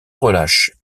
relâche